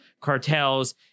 cartels